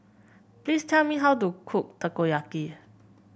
please tell me how to cook Takoyaki